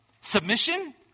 submission